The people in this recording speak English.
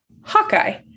Hawkeye